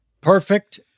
Perfect